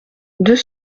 deux